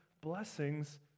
blessings